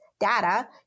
data